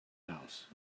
house